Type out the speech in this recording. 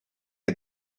est